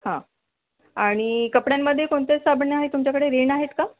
हां आणि कपड्यांमध्ये कोणते साबण आहेत तुमच्याकडे रिन आहेत का